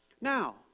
Now